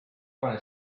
pane